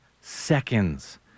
seconds